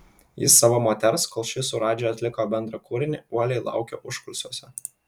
jis savo moters kol ši su radži atliko bendrą kūrinį uoliai laukė užkulisiuose